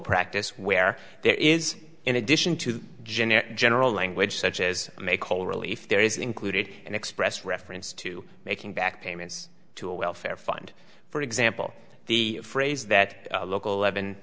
practice where there is in addition to jeanette general language such as make whole relief there is included an express reference to making back payments to a welfare fund for example the phrase that a local le